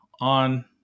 on